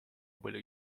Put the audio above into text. были